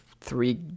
three